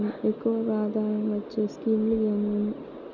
ఎక్కువగా ఆదాయం వచ్చే స్కీమ్ లు ఏమేమీ?